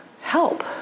help